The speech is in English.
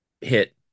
hit